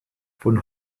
von